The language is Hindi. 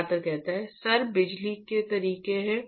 छात्र सर बिजली के तरीके हैं